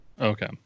Okay